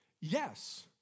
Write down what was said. Yes